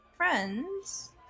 friends